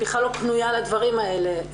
בכלל לא פנויה לדברים האלה.